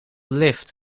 lyft